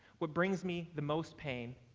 what brings me the most pain,